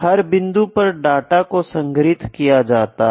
हर बिंदु पर डाटा को संग्रहित किया जाता है